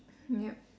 yup